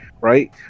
right